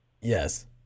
Yes